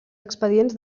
expedients